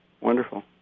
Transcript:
Wonderful